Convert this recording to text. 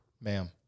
Ma'am